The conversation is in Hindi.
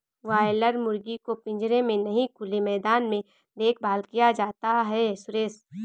बॉयलर मुर्गी को पिंजरे में नहीं खुले मैदान में देखभाल किया जाता है सुरेश